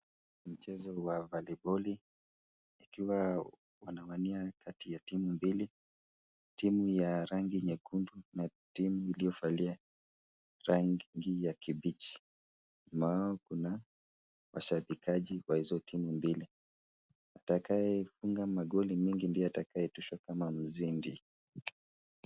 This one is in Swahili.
Mchezo wa voliboli ikiwa wanawania kati ya timu mbili. Timu ya rangi nyekundu na timu iliyovalia rangi ya kibichi nyuma yao kuna washabikaji wa hizo timu mbili. Atakuye funga magoli mingi ndiye atakayepishwa kama mzindi.